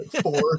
four